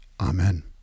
Amen